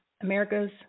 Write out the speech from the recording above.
America's